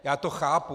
Já to chápu.